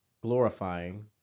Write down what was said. glorifying